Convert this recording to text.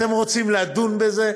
אתם רוצים לדון בזה?